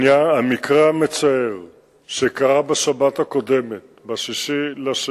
המקרה המצער שקרה בשבת הקודמת, ב-6 בפברואר,